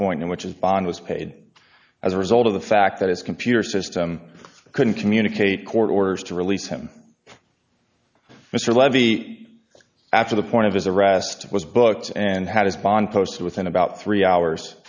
point in which is bond was paid as a result of the fact that his computer system couldn't communicate court orders to release him mr levy after the point of his arrest was booked and had his bond posted within about three hours